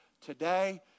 Today